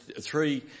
three